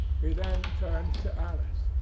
he then turned to alice,